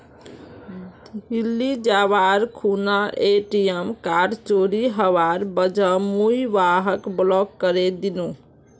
दिल्ली जबार खूना ATM card चोरी हबार वजह मुई वहाक ब्लॉक करे दिनु